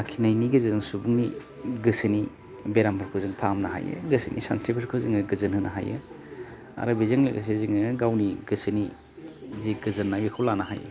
आखिनायनि गेजेरजों सुबुंनि गोसोनि बेरामफोरखौ जों फाहामनो हायो गोसोनि सानस्रिफोरखौ जोङो गोजोन होनो हायो आरो बेजों लोगोसे जोङो गावनि गोसोनि जि गोजोननाय बेखौ लानो हायो